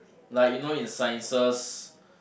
like you know in sciences